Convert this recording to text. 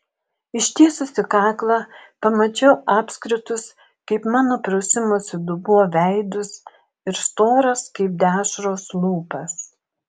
ištiesusi kaklą pamačiau apskritus kaip mano prausimosi dubuo veidus ir storas kaip dešros lūpas